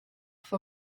for